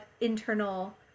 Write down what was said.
internal